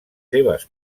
seves